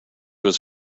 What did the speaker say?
was